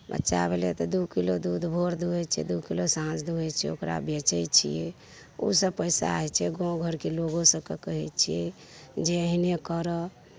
बच्चा भेलै तऽ दुइ किलो दूध भोर दुहै छिए दुइ किलो साँझ दुहै छिए ओकरा बेचै छिए ओहिसे पइसा होइ छै गामघरके लोको सभकेँ कहै छिए जे एहने करऽ